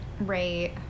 Right